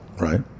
Right